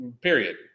Period